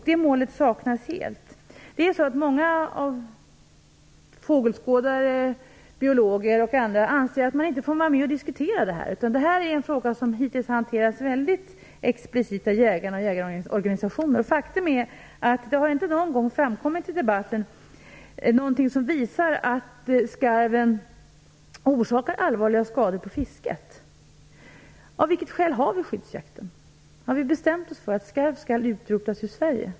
Det målet saknas helt. Många fågelskådare, biologer och andra anser att de inte får vara med och diskutera detta. Detta är en fråga som hittills har hanterats explicit av jägarna och jägarorganisationerna. Faktum är att det inte någon gång i debatten har framkommit någonting som visar att skarven orsakar allvarliga skador på fisket. Av vilket skäl har vi skyddsjakten? Har vi bestämt oss för att skarven skall utrotas ur Sverige?